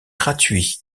gratuit